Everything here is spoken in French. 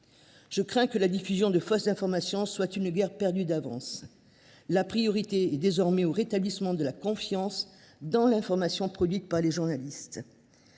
Je crains que la diffusion de fausses informations ne soit une guerre perdue d’avance. La priorité est désormais au rétablissement de la confiance dans l’information produite par les journalistes.